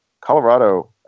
Colorado